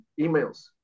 emails